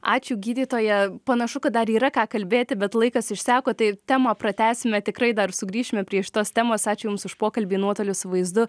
ačiū gydytoja panašu kad dar yra ką kalbėti bet laikas išseko tai temą pratęsime tikrai dar sugrįšime prie šitos temos ačiū jums už pokalbį nuotoliu su vaizdu